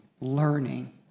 learning